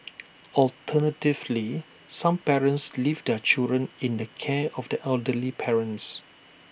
alternatively some parents leave their children in the care of their elderly parents